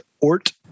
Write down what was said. ORT